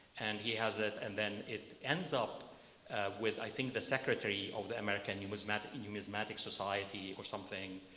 and he has it, and then it ends up with i think the secretary of the american numismatic numismatic society or something.